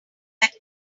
that